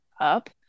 up